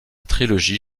trilogie